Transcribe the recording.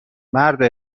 مرد